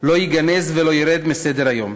לא ייגנזו ולא ירדו מסדר-היום.